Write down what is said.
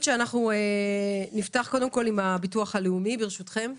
נפתח עם הביטוח הלאומי ברשותכם,